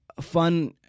fun